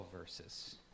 verses